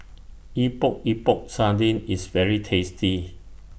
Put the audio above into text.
Epok Epok Sardin IS very tasty